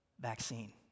vaccine